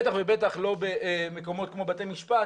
בטח ובטח לא במקומות כמו בתי משפט